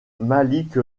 malik